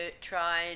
try